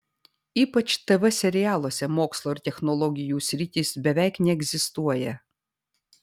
ypač tv serialuose mokslo ir technologų sritys beveik neegzistuoja